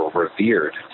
revered